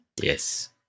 Yes